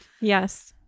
Yes